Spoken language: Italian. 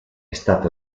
stato